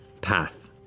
path